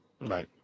Right